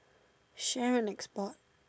share and export